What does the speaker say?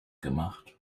gemacht